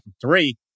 three